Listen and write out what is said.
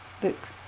Book